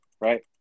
Right